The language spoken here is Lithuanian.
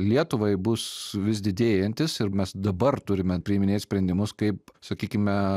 lietuvai bus vis didėjantis ir mes dabar turime priiminėt sprendimus kaip sakykime